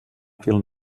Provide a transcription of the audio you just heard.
fil